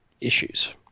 issues